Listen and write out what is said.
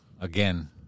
again